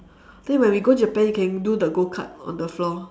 then when we go japan you can do the go kart on the floor